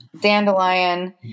dandelion